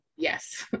Yes